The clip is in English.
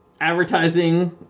advertising